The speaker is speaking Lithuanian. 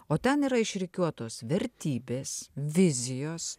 o ten yra išrikiuotos vertybės vizijos